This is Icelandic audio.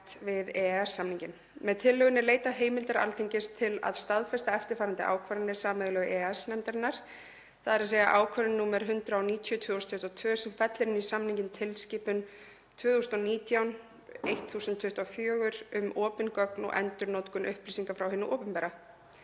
við EES-samninginn Með tillögunni er leitað heimildar Alþingis til að staðfesta eftirfarandi ákvarðanir sameiginlegu EES-nefndarinnar: 1. Ákvörðun nr. 190/2022 sem fellir inn í samninginn tilskipun 2019/1024 um opin gögn og endurnotkun upplýsinga frá hinu opinbera.